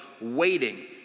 waiting